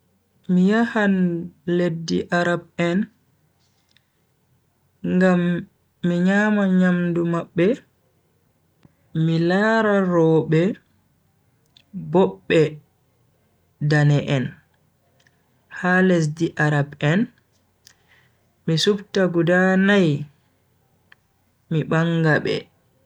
Mi yahan leddi arab en ngam mi nyama nyamdu mabbe, mi lara robe bobbe dane'en, ha lesdi arab en mi supta guda nai mi banga be.